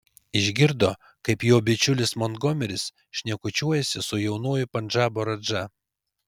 išgirdo kaip jo bičiulis montgomeris šnekučiuojasi su jaunuoju pandžabo radža